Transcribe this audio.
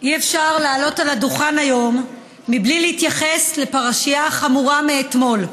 אי-אפשר לעלות על הדוכן היום בלי להתייחס לפרשייה החמורה מאתמול,